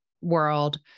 world